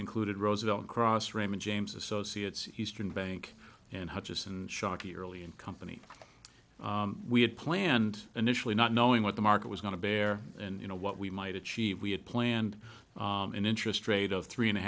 ncluded roosevelt cross raymond james associates eastern bank and hutchison and shockey early in company we had planned initially not knowing what the market was going to bear and you know what we might achieve we had planned an interest rate of three and a